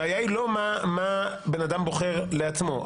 הבעיה היא לא מה בן אדם בוחר לעצמו.